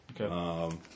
Okay